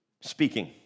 speaking